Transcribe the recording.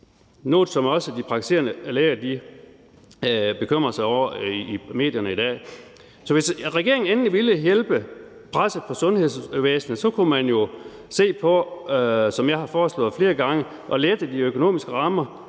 noget, som også de praktiserende læger bekymrer sig om i medierne i dag. Hvis regeringen endelig ville afhjælpe presset på sundhedsvæsenet, kunne man jo se på, som jeg har foreslået flere gange, at lette de økonomiske rammer